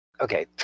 Okay